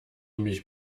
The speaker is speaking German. mich